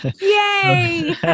yay